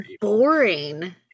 boring